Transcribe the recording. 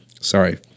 Sorry